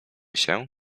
się